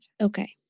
Okay